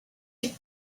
you